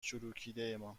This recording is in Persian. چروکیدهمان